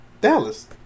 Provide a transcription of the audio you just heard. Dallas